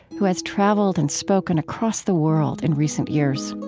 who has traveled and spoken across the world in recent years